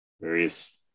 various